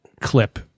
clip